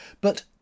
but